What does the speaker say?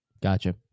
Gotcha